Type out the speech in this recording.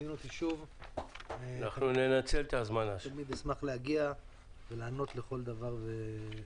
תזמין אותי שוב ואשמח לענות לכל דבר ונושא.